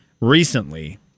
recently